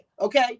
Okay